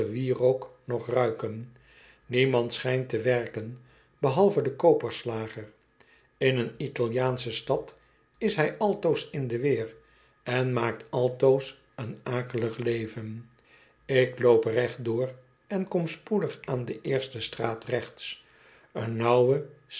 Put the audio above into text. wierook nog ruiken niemand schijnt te werken behalve de koperslager in een italiaansche stad is hij altoos in de weer en maakt altoos een akelig leven ik loop rechtdoor en kom spoedig aan de eerste straat rechts een nauwe